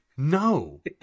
No